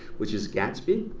which is gatsby.